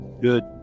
Good